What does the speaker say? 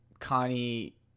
connie